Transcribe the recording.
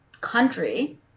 country